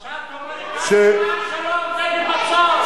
משט הומניטרי למען שלום, נגד מצור.